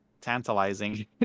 tantalizing